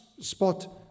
spot